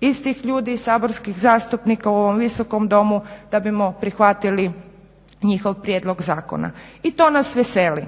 istih ljudi saborskih zastupnika u ovom visokom domu, da bismo prihvatili njihov prijedlog zakona. I to nas veseli.